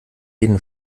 jeden